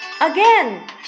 Again